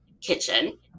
Kitchen